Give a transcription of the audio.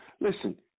listen